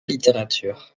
littérature